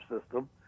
system